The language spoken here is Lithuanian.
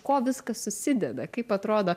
ko viskas susideda kaip atrodo